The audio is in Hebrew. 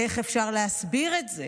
איך אפשר להסביר את זה